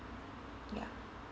ya